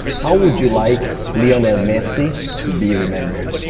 how would you like lionel messi to be remembered?